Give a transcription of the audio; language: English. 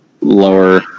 lower